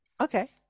Okay